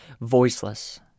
Voiceless